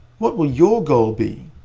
what will your goal be?